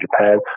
Japan